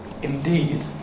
Indeed